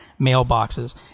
mailboxes